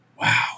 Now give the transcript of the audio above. Wow